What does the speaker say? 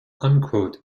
cavalry